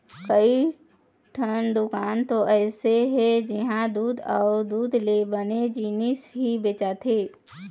कइठन दुकान तो अइसे हे जिंहा दूद अउ दूद ले बने जिनिस ही बेचाथे